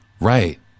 Right